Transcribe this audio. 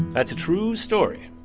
that's a true story,